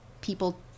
people